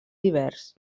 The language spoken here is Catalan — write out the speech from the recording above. divers